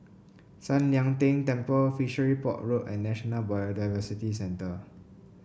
San Lian Deng Temple Fishery Port Road and National Biodiversity Centre